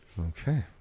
Okay